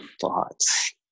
Thoughts